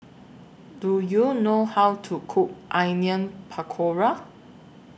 Do YOU know How to Cook Onion Pakora